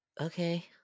Okay